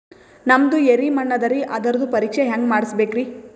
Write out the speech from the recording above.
ನಮ್ದು ಎರಿ ಮಣ್ಣದರಿ, ಅದರದು ಪರೀಕ್ಷಾ ಹ್ಯಾಂಗ್ ಮಾಡಿಸ್ಬೇಕ್ರಿ?